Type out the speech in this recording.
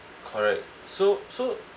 correct so so